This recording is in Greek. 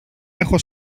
έχω